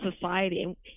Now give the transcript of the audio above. society